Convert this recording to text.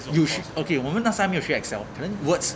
you shou~ okay 我们 last time 没有学 excel 可能 words